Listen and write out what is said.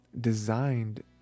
designed